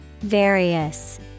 Various